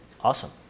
Awesome